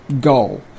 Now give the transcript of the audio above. goal